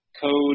code